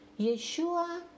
Yeshua